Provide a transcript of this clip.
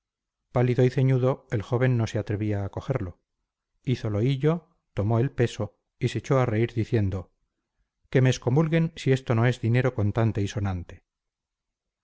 y ceñudo el joven no se atrevía a cogerlo hízolo hillo tomó el peso y se echó a reír diciendo que me excomulguen si esto no es dinero contante y sonante